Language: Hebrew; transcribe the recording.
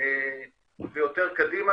ויותר קדימה,